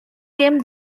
game